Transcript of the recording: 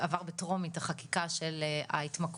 עבר בטרומית החקיקה של ההתמכרויות,